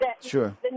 Sure